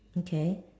okay